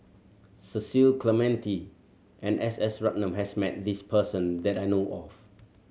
Cecil Clementi and S S Ratnam has met this person that I know of